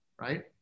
right